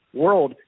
world